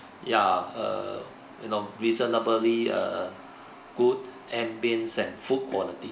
ya err you know reasonably a good ambience and food quality